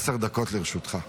עשר דקות לרשותך.